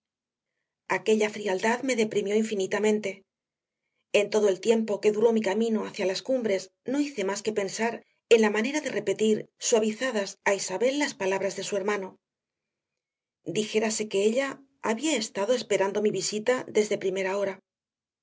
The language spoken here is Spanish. aquella frialdad me deprimió infinitamente en todo el tiempo que duró mi camino hacia las cumbres no hice más que pensar en la manera de repetir suavizadas a isabel las palabras de su hermano dijérase que ella había estado esperando mi visita desde primera hora